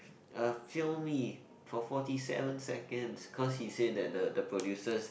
uh film me for forty seven seconds cause he say that the the producers